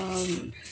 ଆଉ